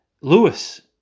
Lewis